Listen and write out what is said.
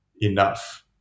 enough